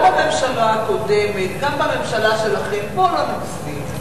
גם בממשלה הקודמת, גם בממשלה שלכם, בוא לא נגזים.